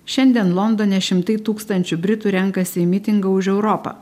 šiandien londone šimtai tūkstančių britų renkasi į mitingą už europą